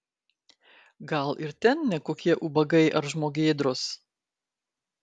gal ir ten ne kokie ubagai ar žmogėdros